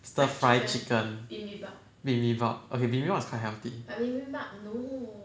stir fry chicken bibimbap okay bibimbap is quite healthy